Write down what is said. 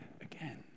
again